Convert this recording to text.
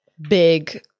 big